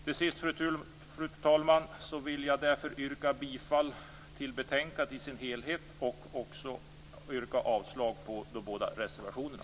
Till sist, fru talman, vill jag yrka bifall till utskottets hemställan i dess helhet och avslag på de båda reservationerna.